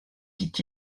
dit